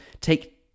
take